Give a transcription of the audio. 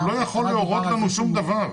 הוא לא יכול להורות לנו שום דבר.